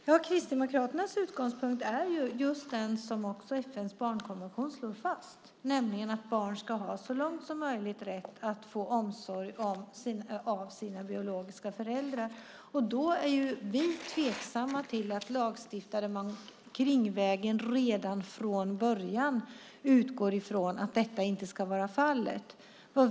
Herr talman! Kristdemokraternas utgångspunkt är just den som också FN:s barnkonvention slår fast, nämligen att barn så långt som möjligt ska ha rätt att få omsorg av sina biologiska föräldrar. Därför är vi tveksamma till att lagstiftningen redan från början utgår från att detta inte ska vara fallet.